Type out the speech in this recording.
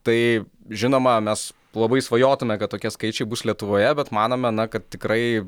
tai žinoma mes labai svajotume kad tokie skaičiai bus lietuvoje bet manome na kad tikrai